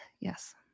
Yes